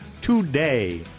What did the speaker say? today